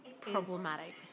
problematic